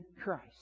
Christ